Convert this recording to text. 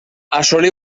assolí